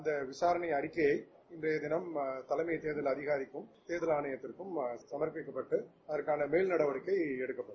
அந்த விசாரணை அறிக்கையை இன்றைய தினம் தலைமை தேர்தல் அதிகாரியிடமும் தேர்தல் ஆணையத்திடமும் சுமர்ப்பிக்கப்படம்டு அதற்கான மேல் நடவடிக்கை எடுக்கப்படும்